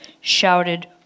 shouted